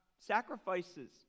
sacrifices